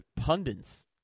pundits